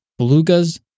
belugas